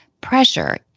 pressure